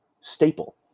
staple